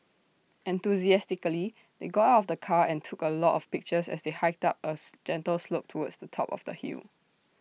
enthusiastically they got out of the car and took A lot of pictures as they hiked up as gentle slope towards the top of the hill